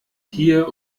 hier